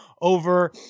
over